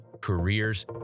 careers